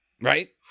right